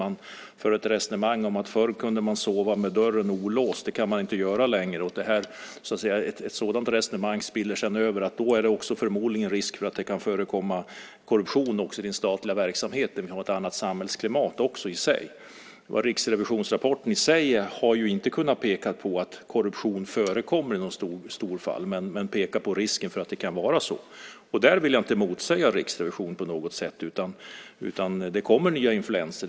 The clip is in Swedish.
Man för ett resonemang om att man förr kunde sova med dörren olåst och att man inte kan göra det längre. Ett sådant resonemang spiller sedan över i att det då förmodligen också är risk för att det kan förekomma korruption i den statliga verksamheten. Vi har ett annat samhällsklimat. Riksrevisionsrapporten har ju inte kunnat peka på att korruption förekommer i någon större utsträckning, men man pekar på risken för att det kan vara så. Jag vill inte på något sätt säga emot Riksrevisionen. Det kommer nya influenser.